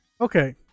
okay